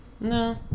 No